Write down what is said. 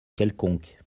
quelconque